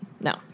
No